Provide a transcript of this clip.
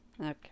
Okay